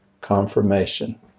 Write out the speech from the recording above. Confirmation